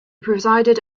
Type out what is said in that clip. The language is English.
presided